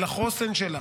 על החוסן שלה.